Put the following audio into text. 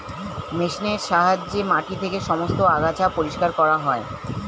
মেশিনের সাহায্যে মাটি থেকে সমস্ত আগাছা পরিষ্কার করা হয়